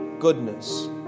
goodness